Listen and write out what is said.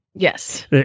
Yes